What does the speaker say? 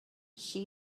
she